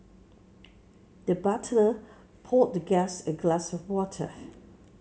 the butler poured the guest a glass of water